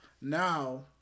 now